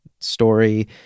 story